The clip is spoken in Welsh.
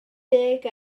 deg